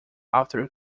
after